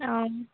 অঁ